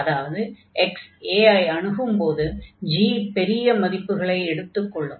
அதாவது x a ஐ அணுகும்போது g பெரிய மதிப்புகளை எடுத்துக் கொள்ளும்